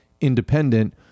Independent